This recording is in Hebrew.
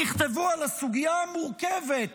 נכתבו על הסוגיה המורכבת,